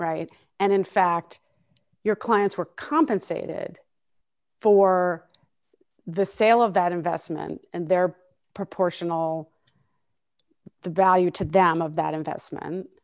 right and in fact your clients were compensated for the sale of that investment and their proportional the value to them of that investment